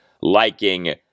liking